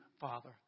Father